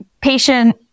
patient